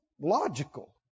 logical